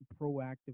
proactive